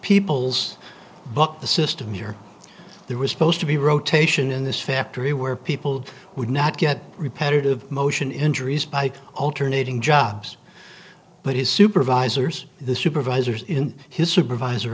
the system year there was supposed to be rotation in this factory where people would not get repetitive motion injuries by alternating jobs but his supervisors the supervisors in his supervisor